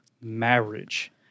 marriage